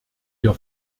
ihr